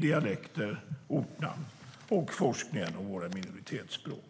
dialekter och ortnamn och forskning om våra minoritetsspråk.